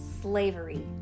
slavery